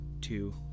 two